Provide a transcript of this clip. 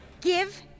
Give